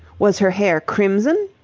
was her hair crimson?